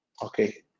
Okay